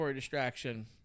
Distraction